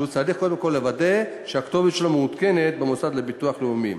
והוא צריך קודם כול לוודא שהכתובת שלו מעודכנת במוסד לביטוח לאומי.